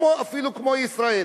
אפילו כמו ישראל,